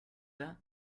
that